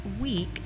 week